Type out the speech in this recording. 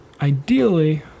ideally